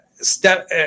step